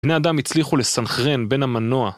בני אדם הצליחו לסנכרן בין המנוע